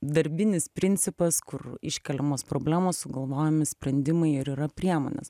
darbinis principas kur iškeliamos problemos sugalvojami sprendimai ir yra priemonės